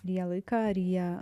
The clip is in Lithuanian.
ryja laiką ryja